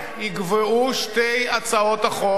יגוועו שתי הצעות החוק.